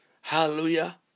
Hallelujah